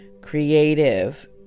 creative